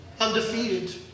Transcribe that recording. undefeated